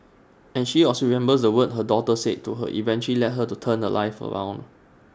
and she also remembers the words her daughter said to her eventually led her to turn her life around